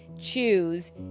choose